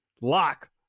lock